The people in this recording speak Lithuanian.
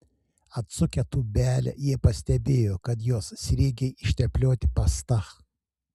atsukę tūbelę jie pastebėjo kad jos sriegiai išteplioti pasta